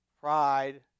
pride